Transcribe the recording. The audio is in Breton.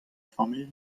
familh